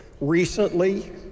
recently